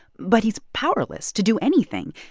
but he's powerless to do anything.